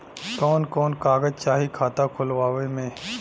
कवन कवन कागज चाही खाता खोलवावे मै?